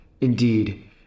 Indeed